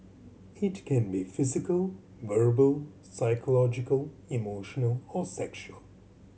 it can be physical verbal psychological emotional or sexual